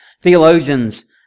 Theologians